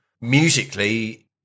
musically